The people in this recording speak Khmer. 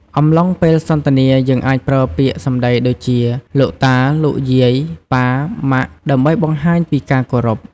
អំឡុងពេលសន្ទនាយើងអាចប្រើពាក្យសំដីដូចជា លោកតា លោកយាយ ប៉ា ម៉ាក់ ដើម្បីបង្ហាញពីការគោរព។